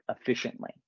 efficiently